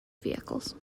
vehicles